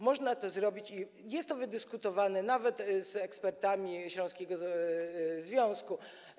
Można to zrobić, jest to wydyskutowane nawet z ekspertami śląskiego związku.